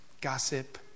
gossip